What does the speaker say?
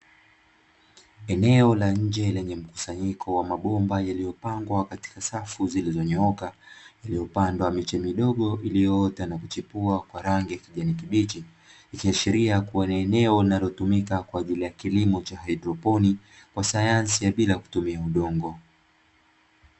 Eneo la nje lenye mkusanyiko wa mabomba yaliyopangwa katika safu zilizonyooka, iliyopandwa miche midogo iliyoota na kuchipua kwa rangi ya kijani kibichi, ikiashiria kuwa ni eneo linalotumika kwa ajili ya kilimo cha haidroponi m, kwa sayansi ya bila kutumia udongo.